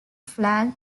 flag